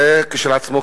זה כשלעצמו,